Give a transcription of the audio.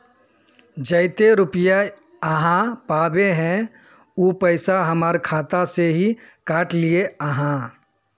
जयते रुपया आहाँ पाबे है उ पैसा हमर खाता से हि काट लिये आहाँ?